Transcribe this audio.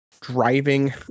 driving